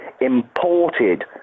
imported